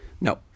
No